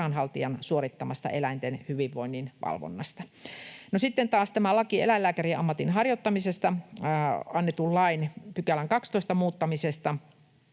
viranhaltijan suorittamasta eläinten hyvinvoinnin valvonnasta. No sitten taas tämä laki eläinlääkärin ammatin harjoittamisesta annetun lain 12 §:n muuttamisesta.